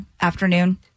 afternoon